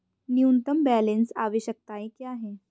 न्यूनतम बैलेंस आवश्यकताएं क्या हैं?